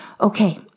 okay